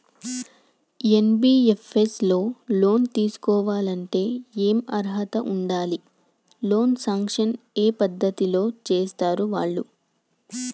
NBFS లో loan తీస్కోవాలంటే ఏం అర్హత ఉండాలి? లోన్ సాంక్షన్ ఏ పద్ధతి లో చేస్తరు వాళ్లు?